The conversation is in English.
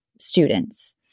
students